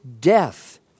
death